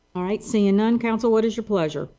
all right. seeing none council what's your pleasure?